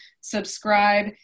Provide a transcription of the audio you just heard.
subscribe